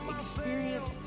experience